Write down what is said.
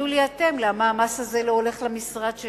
תגידו לי אתם, למה המס הזה לא הולך למשרד שלו?